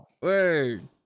Word